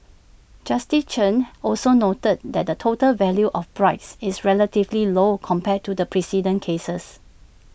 justice chan also noted that the total value of bribes is relatively low compared to the precedent cases